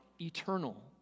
eternal